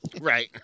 Right